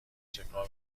چکاپ